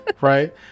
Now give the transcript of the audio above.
right